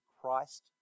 Christ